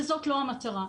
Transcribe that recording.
וזאת לא המטרה.